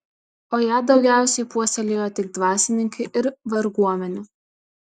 o ją daugiausiai puoselėjo tik dvasininkai ir varguomenė